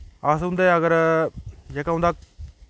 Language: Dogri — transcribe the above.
अस उं'दे अगर जेह्का उं'दा